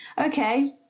okay